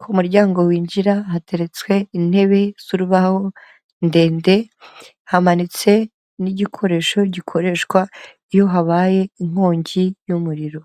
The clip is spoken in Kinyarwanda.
ku muryango winjira hateretswe intebe z'urubaho ndende, hamanitse n'igikoresho gikoreshwa iyo habaye inkongi y'umuriro.